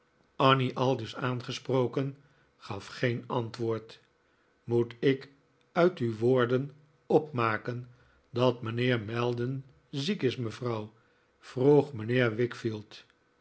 annie aldus aangesproken gaf geen antwoord moet ik uit uw woorden opmaken dat mijnheer maldon ziek is mevrouw vroeg mijnheer